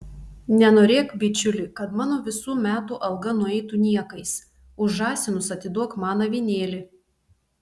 nenorėk bičiuli kad mano visų metų alga nueitų niekais už žąsinus atiduok man avinėlį